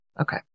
okay